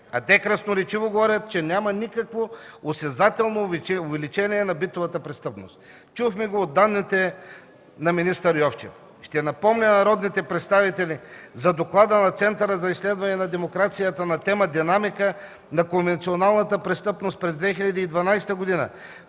а те красноречиво говорят, че няма никакво осезателно увеличение на битовата престъпност. Чухме го от данните на министър Йовчев. Ще напомня на народните представители за доклада на Центъра за изследване на демокрацията на тема „Динамика на конвенционалната престъпност през 2012 г.”,